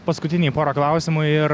paskutiniai pora klausimų ir